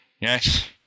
Yes